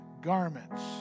garments